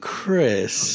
Chris